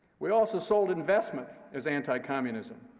we also sold investment as anticommunism.